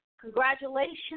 Congratulations